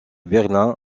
berlin